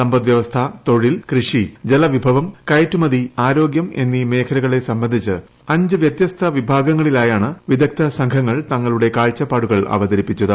സമ്പദ് വൃവസ്ഥ തൊഴിൽ കൃഷി ജലവിഭവം കയറ്റുമതി ആരോഗ്യം എന്നീ മേഖലകളെ സംബന്ധിച്ച് അഞ്ചു വ്യത്യസ്ത വിഭാഗ ങ്ങളിലായാണ് വിദഗ്ധസംഘങ്ങൾ തങ്ങളുടെ കാഴ്ചപ്പാടുകൾ അവതരിപ്പിച്ചത്